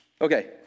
Okay